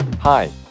Hi